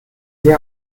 sie